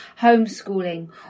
homeschooling